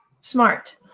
smart